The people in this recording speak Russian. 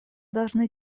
должны